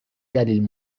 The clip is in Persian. دلیل